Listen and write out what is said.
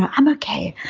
i'm okay.